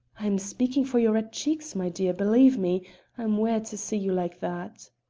i am speaking for your red cheeks, my dear, believe me i'm wae to see you like that.